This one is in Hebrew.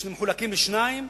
מחולקים לשניים,